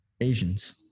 Asians